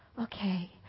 Okay